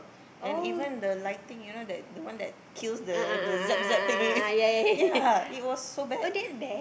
and even the lighting you know that the one that kills the the zap zap thingy ya it was so bad